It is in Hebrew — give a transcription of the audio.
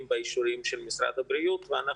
באישורים של משרד הבריאות ואנחנו,